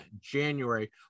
january